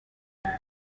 ubu